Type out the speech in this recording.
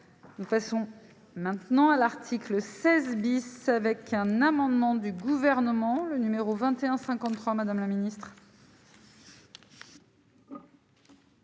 une façon maintenant à l'article 16 avec un amendement du gouvernement, le numéro 21 53 Madame la ministre.